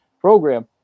program